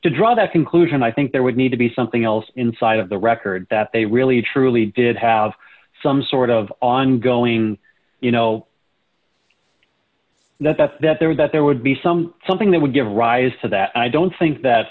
to draw that conclusion i think there would need to be something else inside of the record that they really truly did have some sort of ongoing you know that that that there was that there would be some something that would give rise to that i don't think that